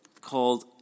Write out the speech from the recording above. called